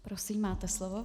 Prosím, máte slovo.